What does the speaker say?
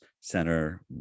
Center